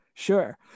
Sure